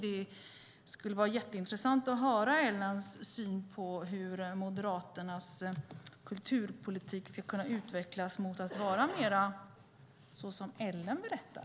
Det skulle vara intressant att höra Ellens syn på hur Moderaternas kulturpolitik kan utvecklas mot att vara mer så som Ellen berättar.